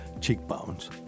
cheekbones